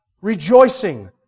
Rejoicing